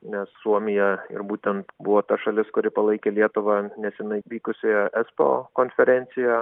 nes suomijoje ir būtent buvo ta šalis kuri palaikė lietuva neseniai vykusioje esbo konferencijoje